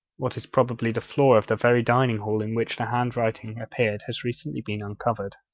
what is probably the floor of the very dining-hall in which the hand-writing appeared has recently been uncovered.